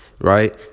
right